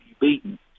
beaten